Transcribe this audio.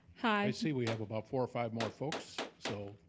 hi i see we have about four or five more folks, so,